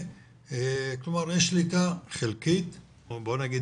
כלומר יש שליטה חלקית או נאמר,